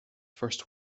first